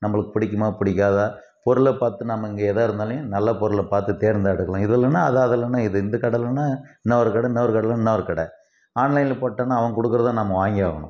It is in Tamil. நம்பளுக்கு பிடிக்குமா பிடிக்காதா பொருளை பார்த்து நாம் இங்கே ஏதா இருந்தாலும் நல்ல பொருளை பார்த்து தேர்ந்தெடுக்கலாம் இது இல்லைனா அது அது இல்லைனா இது இந்த கடை இல்லைனா இன்னொரு கடை இன்னொரு கடை இல்லைனா இன்னொரு கடை ஆன்லைனில் போட்டோம்னால் அவன் கொடுக்குறத தான் நம்ம வாங்கியாகணும்